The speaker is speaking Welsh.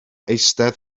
eistedd